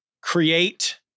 create